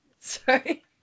Sorry